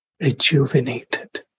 rejuvenated